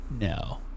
No